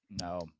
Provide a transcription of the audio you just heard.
No